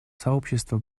сообщества